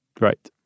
Right